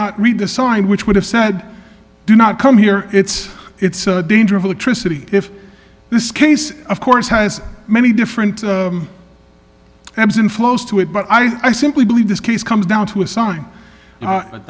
not read the sign which would have said do not come here it's it's a danger of electricity if this case of course has many different labs and flows to it but i simply believe this case comes down to a sign